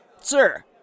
sir